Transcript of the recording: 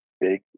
big